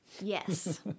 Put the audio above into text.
Yes